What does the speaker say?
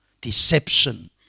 Deception